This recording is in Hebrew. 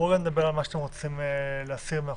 בואו רגע נדבר על מה שאתם רוצים להסיר מהחוק,